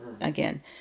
again